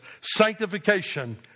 sanctification